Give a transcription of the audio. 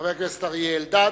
חבר הכנסת אריה אלדד,